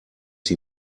sie